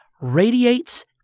radiates